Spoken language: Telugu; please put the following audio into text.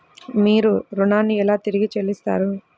మీరు ఋణాన్ని ఎలా తిరిగి చెల్లిస్తారు?